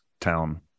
town